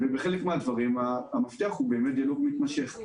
בחלק מן הדברים המפתח הוא באמת דיאלוג מתמשך.